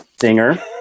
singer